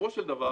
בסופו של דבר,